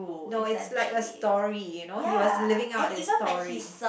no it's like a story you know he was living out his story